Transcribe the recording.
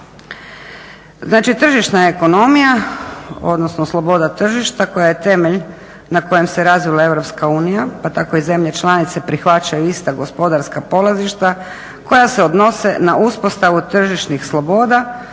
Znači tržišna ekonomija odnosno sloboda tržišta koja je temelj na kojem se razvila EU pa tako i zemlje članice prihvaćaju ista gospodarska polazišta koja se odnose na uspostavu tržišnih sloboda